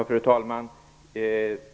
Fru talman!